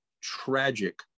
tragic